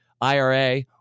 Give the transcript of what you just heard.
IRA